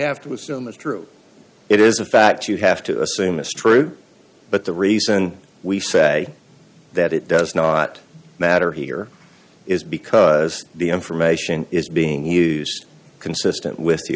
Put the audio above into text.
have to assume is true it is a fact you have to assume this true but the reason we say that it does not matter here is because the information is being used consistent with the